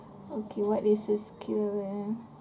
okay what is this q eh